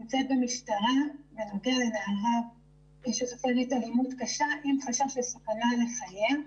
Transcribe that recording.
במשטרה בנוגע לנערה שסופגת אלימות קשה עם חשש לסכנה לחייה.